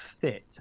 fit